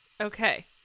Okay